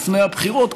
לפני הבחירות,